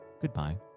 goodbye